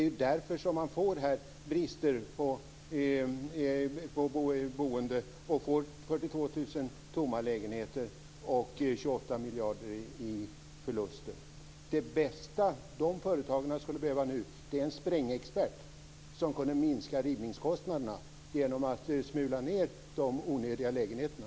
Det är därför som man får brister i boendet och får 42 000 tomma lägenheter och 28 miljarder i förluster. Det som de företagen skulle behöva mest nu är en sprängexpert som kunde minska rivningskostnaderna genom att smula ned de onödiga lägenheterna.